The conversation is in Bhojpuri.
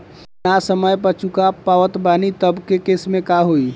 अगर ना समय पर चुका पावत बानी तब के केसमे का होई?